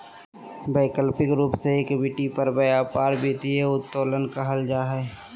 वैकल्पिक रूप से इक्विटी पर व्यापार वित्तीय उत्तोलन कहल जा हइ